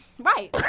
Right